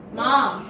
mom